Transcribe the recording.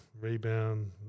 rebound